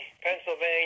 Pennsylvania